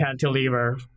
cantilever